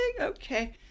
Okay